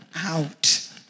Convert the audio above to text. out